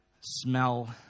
smell